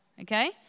okay